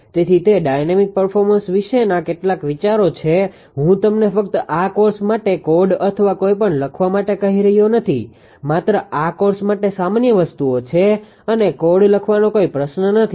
તેથી તે dynamic performance વિશેના કેટલાક વિચારો છે હું તમને ફક્ત આ કોર્સ માટે કોડ અથવા કંઇપણ લખવા માટે કહી રહ્યો નથી માત્ર આ કોર્સ માટે સામાન્ય વસ્તુઓ છે અને કોડ લખવાનો કોઈ પ્રશ્ન નથી